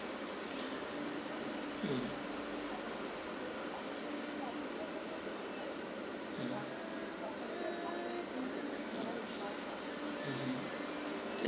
mm mm